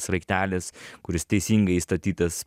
sraigtelis kuris teisingai įstatytas